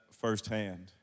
firsthand